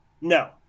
No